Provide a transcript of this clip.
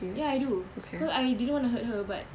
ya I do because I didn't wanna hurt her but